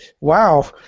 Wow